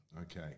Okay